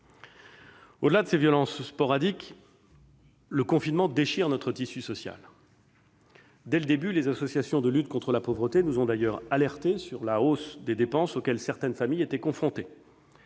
Au-delà de ces violences sporadiques, le confinement déchire notre tissu social. Dès le début, les associations de lutte contre la pauvreté nous ont d'ailleurs alertés sur la hausse des dépenses auxquelles certaines familles étaient confrontées.